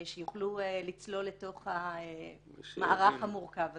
שיוכלו לצלול לתוך המערך המורכב הזה.